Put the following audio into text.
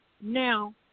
Now